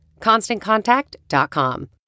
Constantcontact.com